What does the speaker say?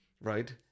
right